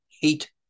hate